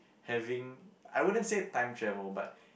having I wouldn't say time travel but